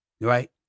right